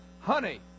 honey